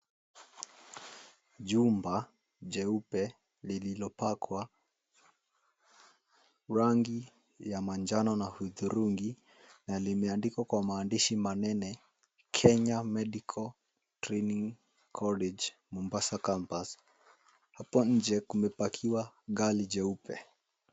Jumba jeupe lililopakwa rangi ya manjano na hudurungi na limeandikwa kwa maandishi manene Kenya Medical Training College Mombasa Campus hapo nje kumepakiwa gari jeupe.